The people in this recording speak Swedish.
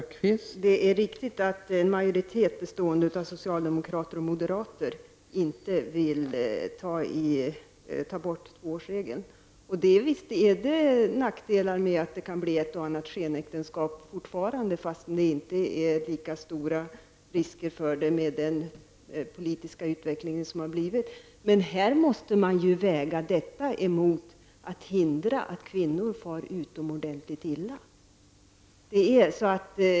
Fru talman! Det är riktigt att en majoritet bestående av socialdemokrater och moderater i riksdagen inte vill ta bort tvåårsregeln. Visst finns det nackdelar med att ta bort den. Det kan bli ett och annat skenäktenskap, fastän det inte är lika stor risk för sådana med den politiska utveckling som har varit. Men här måste man väga detta emot att hindra att kvinnor far utomordentligt illa.